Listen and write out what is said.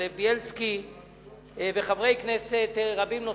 זאב בילסקי וחברי כנסת רבים נוספים,